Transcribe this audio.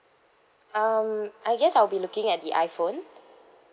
um I guess I'll be looking at the iphone